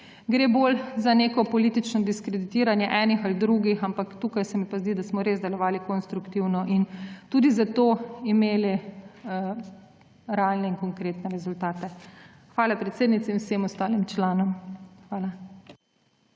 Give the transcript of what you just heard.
bolj za neko politično diskreditiranje enih ali drugih, ampak tukaj se mi pa zdi, da smo res delovali konstruktivno in tudi zato imeli realne in konkretne rezultate. Hvala predsednici in vsem ostalim članom. Hvala.